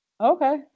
Okay